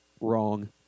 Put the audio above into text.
wrong